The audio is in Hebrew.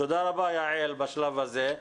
תודה רבה יעל בשלב הזה.